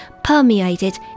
permeated